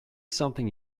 something